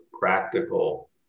practical